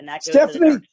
Stephanie